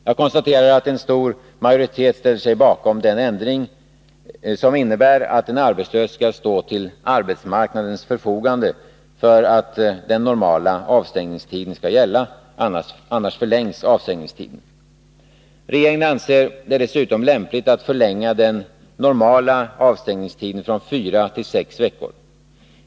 Jag konstaterar att en stor majoritet ställer sig bakom den ändring som innebär att en arbetslös skall stå till arbetsmarknadens förfogande för att den normala avstängningstiden skall gälla — i annat fall förlängs avstängningstiden. Regeringen anser det dessutom lämpligt att förlänga den normala avstängningstiden från fyra till sex veckor.